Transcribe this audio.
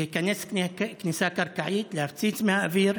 להיכנס כניסה קרקעית, להפציץ מהאוויר,